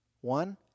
One